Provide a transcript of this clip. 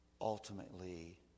ultimately